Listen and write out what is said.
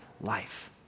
life